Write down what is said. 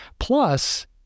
Plus